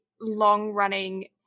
long-running